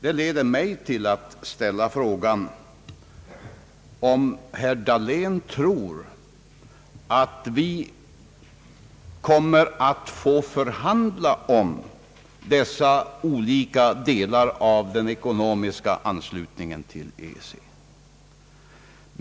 Det får mig att ställa frågan, om herr Dahlén tror att vi kommer att få förhandla om dessa olika delar av den ekonomiska anslutningen till EEC.